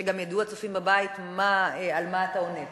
כדי שגם ידעו הצופים בבית על מה אתה עונה.